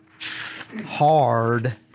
hard